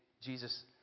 Jesus